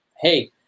hey